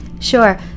Sure